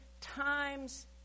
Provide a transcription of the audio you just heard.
times